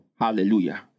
Hallelujah